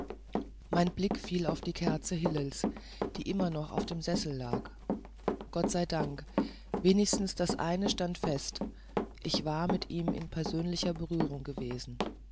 mein blick fiel auf die kerze hillels die immer noch auf dem sessel lag gott sei dank wenigstens das eine stand fest ich war mit ihm in persönlicher berührung gewesen